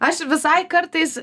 aš visai kartais